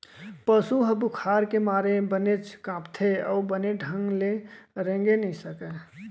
पसु ह बुखार के मारे बनेच कांपथे अउ बने ढंग ले रेंगे नइ सकय